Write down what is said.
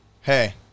Hey